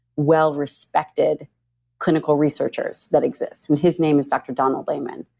wellrespected clinical researchers that exist and his name is dr. donald layman.